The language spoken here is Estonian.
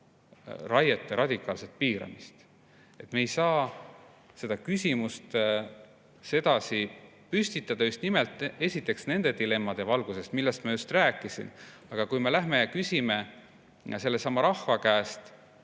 raiete radikaalset piiramist. Me ei saa seda küsimust sedasi püstitada, esiteks just nimelt nende dilemmade valguses, millest ma just rääkisin. Aga kui me läheme ja küsime sellesama rahva käest,